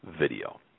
video